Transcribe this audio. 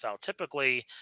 typically